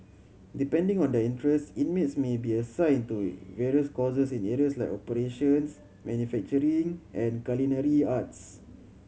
depending on their interests inmates may be assigned to various courses in areas like operations manufacturing and culinary arts